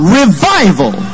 revival